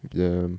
ya